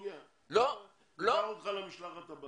ניקח אותך למשלחת הבאה.